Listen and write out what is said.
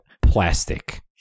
plastic